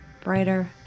brighter